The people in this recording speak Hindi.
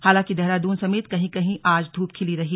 हालांकि देहरादून समेत कहीं कहीं आज धूप खिली रही